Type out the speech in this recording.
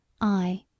I